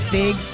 big